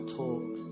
talk